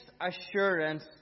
assurance